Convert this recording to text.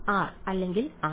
വിദ്യാർത്ഥി ആർ